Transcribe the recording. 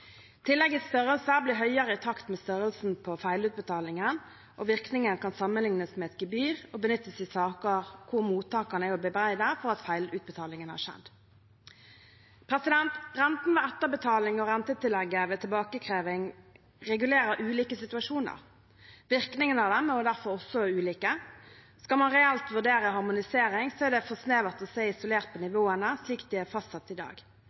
blir høyere i takt med størrelsen på feilutbetalingen. Virkningen kan sammenlignes med et gebyr, og benyttes i saker hvor mottakerne er å bebreide for at feilutbetalingen har skjedd. Renten ved etterbetaling og rentetillegget ved tilbakekreving regulerer ulike situasjoner. Virkningene av dem er derfor også ulike. Skal man reelt vurdere harmonisering, er det for snevert å se isolert på nivåene slik de er fastsatt i dag.